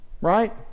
right